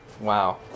Wow